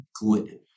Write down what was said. good